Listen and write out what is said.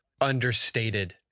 understated